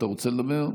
אתה רוצה לדבר?